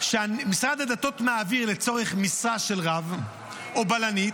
שמשרד הדתות יעביר לצורך משרה של רב או בלנית,